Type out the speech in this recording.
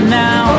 now